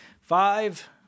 Five